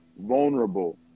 vulnerable